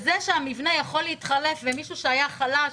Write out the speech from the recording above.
זה שהמבנה יכול להתחלף ומישהו שהיה חלש